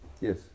Yes